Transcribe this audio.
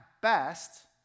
best